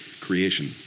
creation